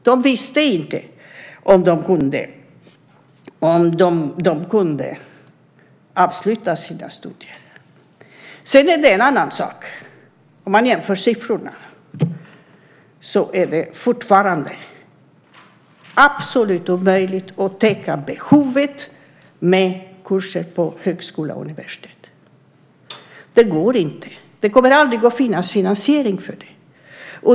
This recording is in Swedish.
De visste inte om de kunde avsluta sina studier. Sedan är det en annan sak: Om man jämför siffrorna ser man att det fortfarande är absolut omöjligt att täcka behovet med kurser på högskola och universitet. Det går inte. Det kommer aldrig att finnas finansiering för det.